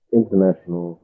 international